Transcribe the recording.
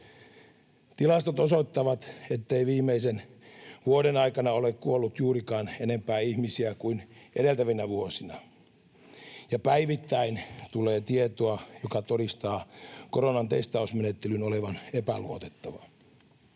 Tilastot osoittavat, ettei viimeisen vuoden aikana ole kuollut juurikaan enempää ihmisiä kuin edeltävinä vuosina, ja päivittäin tulee tietoa, joka todistaa koronan testausmenettelyn olevan epäluotettava.